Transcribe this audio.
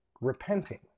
repenting